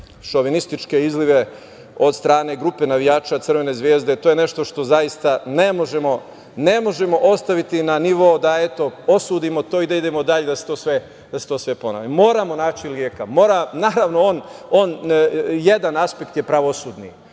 šovinističke izlive od strane grupe navijača Crvene Zvezde. To je nešto što zaista ne možemo ostaviti na nivo da eto osudimo to i da idemo dalje i da se sve to ponovi, moramo prvo naći leka. Naravno, jedan aspekt je pravosudni,